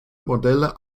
modelle